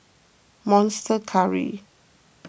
Monster Curry